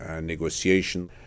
negotiation